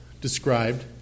described